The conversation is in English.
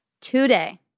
today